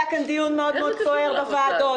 היה כאן דיון מאוד מאוד סוער בוועדות.